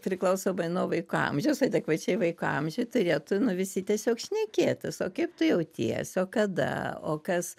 priklausomai nuo vaiko amžiaus adekvačiai vaiko amžiui turėtų nu visi tiesiog šnekėtis o kaip tu jauties o kada o kas